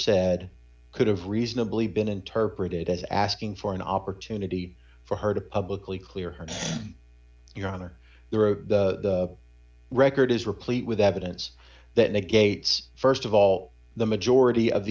said could have reasonably been interpreted as asking for an opportunity for her to publicly clear her your honor there or the record is replete with evidence that negates st of all the majority of